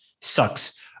sucks